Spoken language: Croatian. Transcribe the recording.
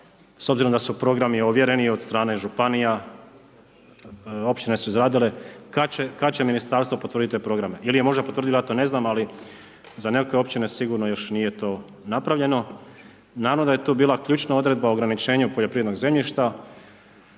s obzirom da su programi ovjereni od strane županije, općine su izradile, kada će ministarstvo potvrditi te programe ili je možda potvrdila ja to ne znam, ali za nekakve općine sigurno to još nije napravljeno. I naravno, da je tu bila ključna odredba ograničenja poljoprivrednog zemljišta,